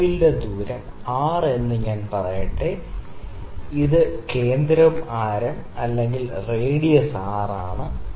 വോയ്ലിന്റെ ദൂരം R എന്ന് പറയട്ടെ ഇത് കേന്ദ്രവും ആരം അല്ലെങ്കിൽ റേഡിയസ് R ഉം ആണ്